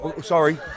Sorry